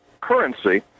currency